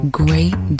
great